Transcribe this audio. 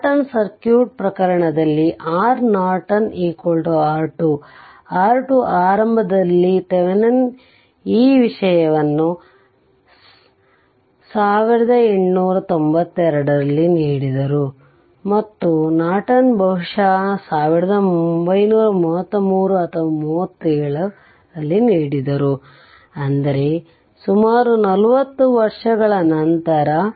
Norton circuit ಪ್ರಕರಣದಲ್ಲಿ R Norton R2 R 2 ಆರಂಭದಲ್ಲಿ Thevenin ಈ ವಿಷಯವನ್ನು 1892ರಲ್ಲಿ ನೀಡಿದರು ಮತ್ತು ನಾರ್ಟನ್ ಬಹುಶಃ 1933 ಅಥವಾ 37 ನೀಡಿದರು ಅಂದರೆ ಸುಮಾರು 40 ವರ್ಷಗಳ ನಂತರ